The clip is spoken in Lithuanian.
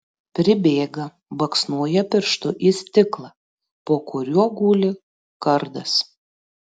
pribėga baksnoja pirštu į stiklą po kuriuo guli kardas